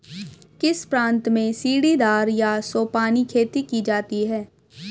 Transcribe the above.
किस प्रांत में सीढ़ीदार या सोपानी खेती की जाती है?